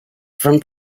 from